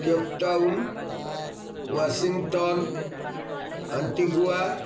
Cape Town Washington Antigua